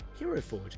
HeroForge